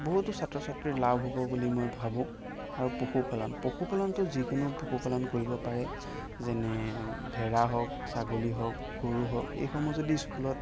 বহুতো ছাত্ৰ ছাত্ৰীৰ লাভ হ'ব বুলি মই ভাবো আৰু পশু পালন পশু পালনটো যিকোনো পশু পালন কৰিব পাৰে যেনে ভেড়া হওক ছাগলী হওক গৰু হওক এইসমূহ যদি স্কুলত